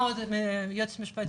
אם אפשר